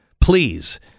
Please